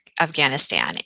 Afghanistan